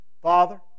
Father